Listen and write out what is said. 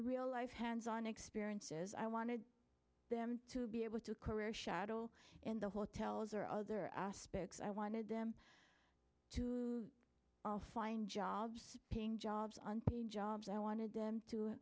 real life hands on experiences i wanted them to be able to career shadow in the hotels or other aspects i wanted them to find jobs paying jobs on jobs i wanted them to